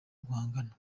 guhangana